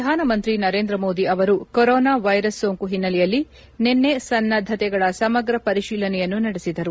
ಪ್ರಧಾನಮಂತ್ರಿ ನರೇಂದ್ರ ಮೋದಿ ಅವರು corona virus ಸೋಂಕು ಹಿನ್ನೆಲೆಯಲ್ಲಿ ನಿನ್ನೆ ಸನ್ನದ್ದತೆಗಳ ಸಮಗ್ರ ಪರಿಶೀಲನೆಯನ್ನು ನಡೆಸಿದರು